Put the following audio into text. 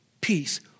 peace